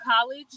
college